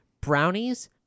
brownies